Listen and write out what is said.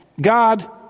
God